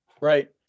Right